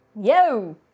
Yo